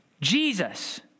Jesus